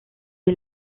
est